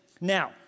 Now